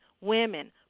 women